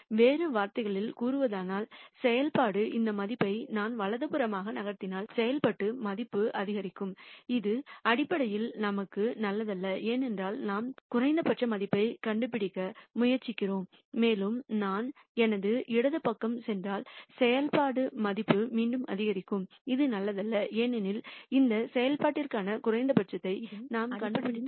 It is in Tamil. வேறு வார்த்தைகளில் கூறுவதானால் செயல்பாடு இந்த மதிப்பை நான் வலதுபுறமாக நகர்த்தினால் செயல்பாட்டு மதிப்பு அதிகரிக்கும் இது அடிப்படையில் நமக்கு நல்லதல்ல ஏனென்றால் நாம் குறைந்தபட்ச மதிப்பைக் கண்டுபிடிக்க முயற்சிக்கிறோம் மேலும் நான் எனது இடது பக்கம் சென்றால் செயல்பாடு மதிப்பு மீண்டும் அதிகரிக்கும் இது நல்லதல்ல ஏனெனில் இந்த செயல்பாட்டிற்கான குறைந்தபட்சத்தை நாம் கண்டுபிடித்துள்ளோம்